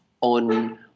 on